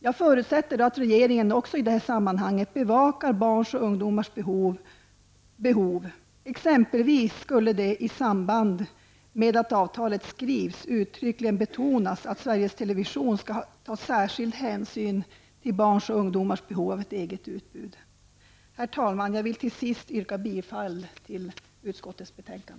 Jag förutsätter att regeringen i det sammanhanget bevakar barns och ungdomars behov. Exempelvis skulle det i samband med att avtal skrivs uttryckligen kunna betonas att televisionen skall ta särskild hänsyn till barns och ungdomars behov av ett eget utbud. Herr talman! Till sist yrkar jag bifall till utskottets hemställan.